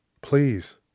please